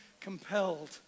compelled